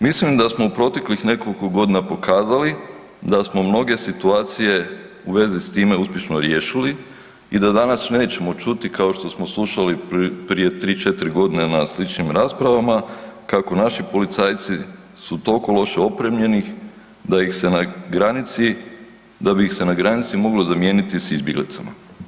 Mislim da smo u proteklih nekoliko godina pokazali da smo mnoge situacije u vezi s time uspješno riješili i da danas nećemo čuti, kao što smo slušali prije 3, 4 godine na sličnim raspravama, kako naši policajci su toliko loše opremljeni da ih se na granici, da bi ih se na granici moglo zamijeniti s izbjeglicama.